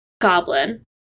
Goblin